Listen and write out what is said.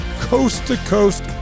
coast-to-coast